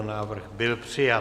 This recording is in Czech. Návrh byl přijat.